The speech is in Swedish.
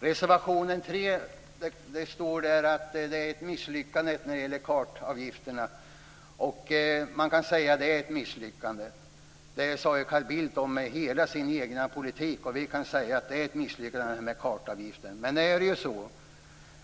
I reservation 3 står det att kartavgifterna är ett misslyckande. Man kan säga att det är ett misslyckande. Det sade Carl Bildt om hela sin egen politik. Vi kan säga att kartavgiften är ett misslyckande.